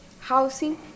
housing